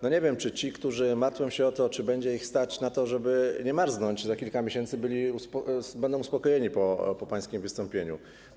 Nie wiem, czy ci, którzy martwią się o to, czy będzie ich stać na to, żeby nie marznąć za kilka miesięcy, będą uspokojeni po pańskim wystąpieniu.